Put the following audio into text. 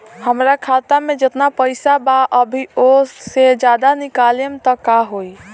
हमरा खाता मे जेतना पईसा बा अभीओसे ज्यादा निकालेम त का होई?